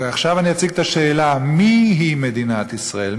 ועכשיו אציג את השאלה: מיהי מדינת ישראל?